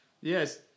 Yes